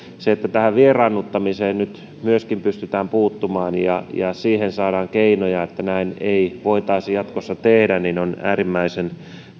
se että tähän vieraannuttamiseen nyt myöskin pystytään puuttumaan ja siihen saadaan keinoja että näin ei voitaisi jatkossa tehdä on äärimmäisen